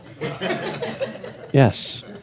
Yes